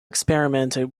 experimented